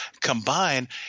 combine